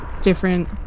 different